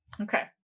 Okay